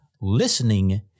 listening